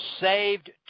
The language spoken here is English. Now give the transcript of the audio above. saved